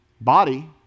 Body